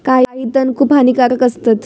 काही तण खूप हानिकारक असतत